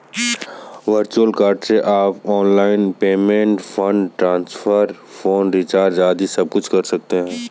virtual card से आप online payment, fund transfer, phone recharge आदि सबकुछ कर सकते हैं